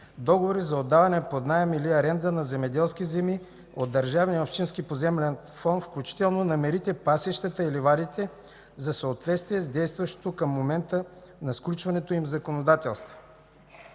договори за отдаване под наем или аренда на земеделски земи от държавния и общинския поземлен фонд, включително на мерите, пасищата и ливадите в съответствие с действащото към момента на сключването им законодателство.”